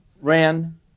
ran